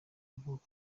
avuga